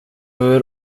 hur